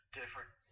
different